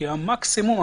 כי המקסימום,